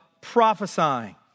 prophesying